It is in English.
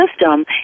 system